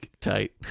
Tight